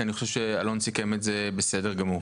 כי אני חושב שאלון סיכם את זה בסדר גמור,